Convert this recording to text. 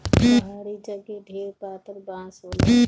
पहाड़ी जगे ढेर पातर बाँस होला